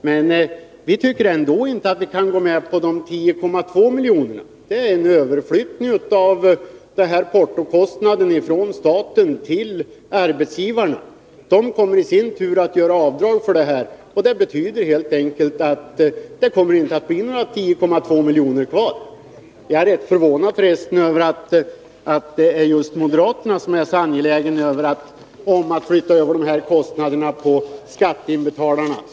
Men vi tycker ändå inte att vi kan gå med på de 10,2 miljonerna. Det är en överflyttning av portokostnaden från staten till arbetsgivarna. De kommer i sin tur att göra avdrag för posten, och det betyder helt enkelt att det inte kommer att bli några 10,2 miljoner kvar. Jag är förresten rätt förvånad över att det är just moderaterna som är så angelägna om att flytta över kostnaderna på skatteinbetalarna.